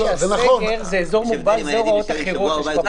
זה אזור מוגבל והוראות אחרות.